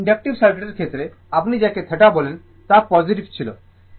একটি ইনডাকটিভ সার্কিটের ক্ষেত্রে আপনি যাকে θ বলেন তা পজিটিভ ছিল